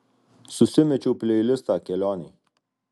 susimečiau pleilistą kelionei